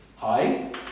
hi